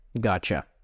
gotcha